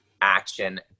action